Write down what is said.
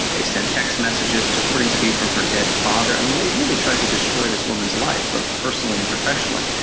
they sent text messages reporting to be from her dead father. i mean, they really tried to destroy this woman's life, but personally and professionally.